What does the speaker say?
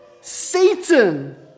Satan